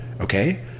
okay